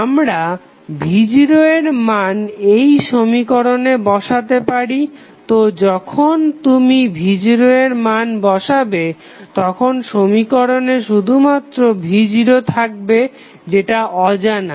আমরা v0 এর মান এই সমীকরণে বসাতে পারি তো যখন তুমি v0 এর মান বসাবে তখন সমীকরণে শুধুমাত্র v0 থাকবে যেটা অজানা